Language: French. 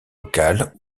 locales